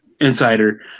insider